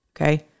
Okay